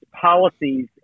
policies